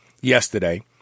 yesterday